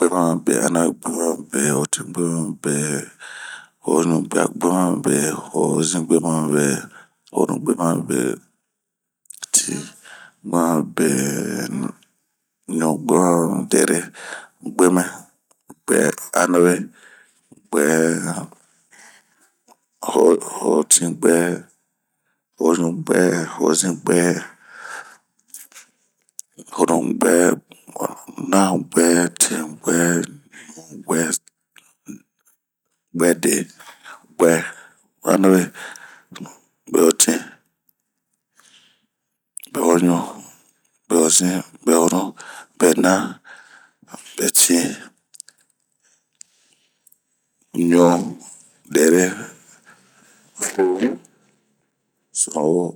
buemɛ, guɛanawe, guɛhotin, guɛhoɲu, guɛhozin, guɛhonu, guɛna, guɛtin, guɛɲu guɛde, guɛ, anawe, hotin, hoɲu, hozin, honu, bena, betin, beɲu, de'ere, sunuwo.